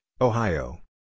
Ohio